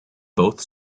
both